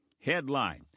Headline